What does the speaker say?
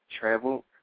travel